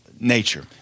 nature